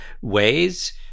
ways